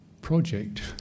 project